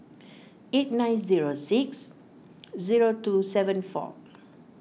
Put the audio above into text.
eight nine zero six zero two seven four